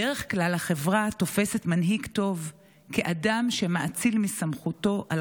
"בדרך כלל החברה תופסת מנהיג טוב כאדם שמאציל מסמכותו על